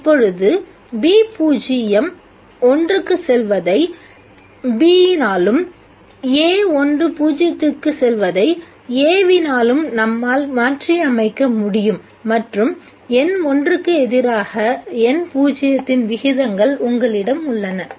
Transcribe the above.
இப்பொழுது I B இனாலும் I A வினாலும் நம்மால் மாற்றியமைக்க முடியும் மற்றும் N1 க்கு எதிராக N0 இன் விகிதங்கள் உங்களிடம் உள்ளன